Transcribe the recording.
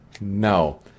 No